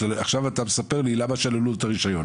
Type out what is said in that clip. עכשיו אתה מספר לי למה שללו לו את הרישיון.